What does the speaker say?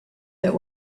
that